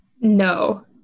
no